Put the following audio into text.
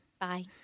Bye